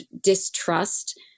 distrust